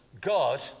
God